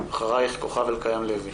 אחריך כוכב אלקיים לוי.